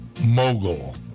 Mogul